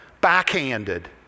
Backhanded